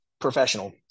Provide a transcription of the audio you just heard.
professional